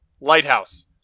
lighthouse